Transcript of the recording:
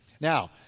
Now